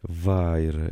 va ir